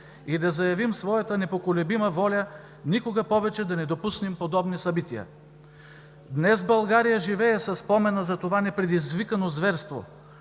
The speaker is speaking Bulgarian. и да заявим своята непоколебима воля никога повече да не допуснем подобни събития! Днес България живее със спомена за това непредизвикано зверство.